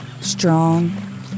strong